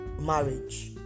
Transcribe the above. marriage